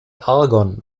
argon